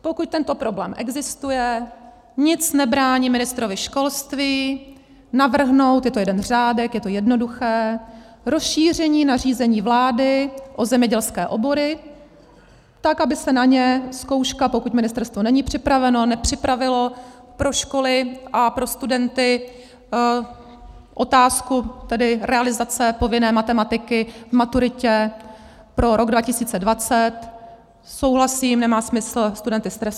Pokud tento problém existuje, nic nebrání ministrovi školství navrhnout je to jeden řádek, je to jednoduché rozšíření nařízení vlády o zemědělské obory tak, aby se na ně zkouška pokud ministerstvo není připraveno, nepřipravilo pro školy a pro studenty otázku realizace povinné matematiky k maturitě pro rok 2020, souhlasím, nemá smysl studenty stresovat.